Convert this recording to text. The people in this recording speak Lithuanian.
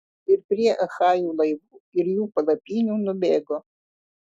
ir prie achajų laivų ir jų palapinių nubėgo